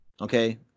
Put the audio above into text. Okay